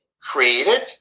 created